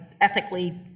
ethically